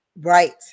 Right